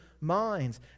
minds